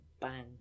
bang